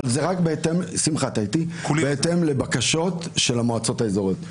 אבל זה רק בהתאם לבקשות של המועצות האזוריות.